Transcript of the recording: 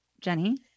Jenny